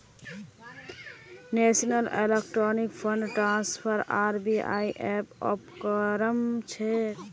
national electronic fund transfer RBI ऐर उपक्रम छेक